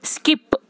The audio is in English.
skip